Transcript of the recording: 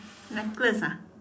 necklace ah